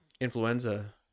influenza